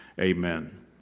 Amen